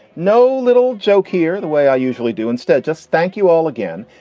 no little joke here the way i usually do. instead, just thank you all again.